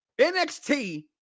NXT